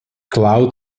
cloud